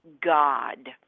God